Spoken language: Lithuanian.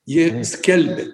jie skelbia